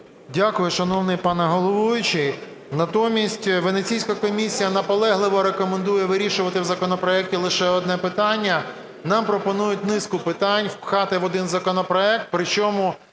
Дякую, шановний пане головуючий. Натомість Венеційська комісія наполегливо рекомендує вирішувати у законопроекті лише одне питання. Нам пропонують низку питань впхати в один законопроект. Причому